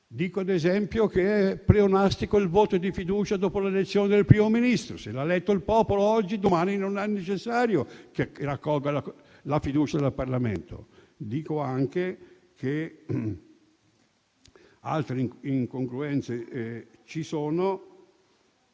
sono. Ad esempio, è pleonastico il voto di fiducia dopo le elezioni del Primo Ministro: se il popolo l'ha eletto oggi, domani non è necessario che raccolga la fiducia dal Parlamento. Dico anche che altre incongruenze ci sono